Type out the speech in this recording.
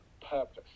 purpose